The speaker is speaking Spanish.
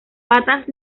patas